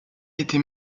était